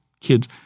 kids